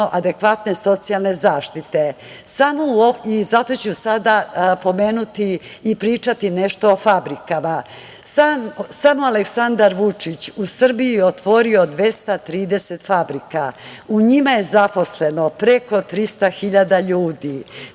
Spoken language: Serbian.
adekvatne socijalne zaštite i zato ću sada pomenuti i pričati nešto o fabrikama. Samo Aleksandar Vučić je u Srbiji otvorio 230 fabrika. U njima je zaposleno preko 300 hiljada